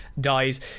dies